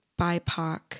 BIPOC